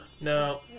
No